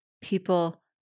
People